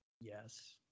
Yes